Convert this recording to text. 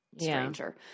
stranger